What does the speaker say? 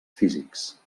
físics